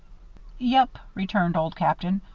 yep, returned old captain.